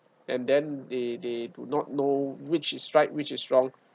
and then they they do not know which is right which is wrong